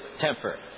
temper